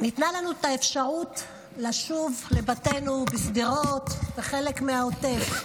ניתנה לנו האפשרות לשוב לבתינו בשדרות ובחלק מהעוטף.